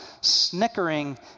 snickering